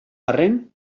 arren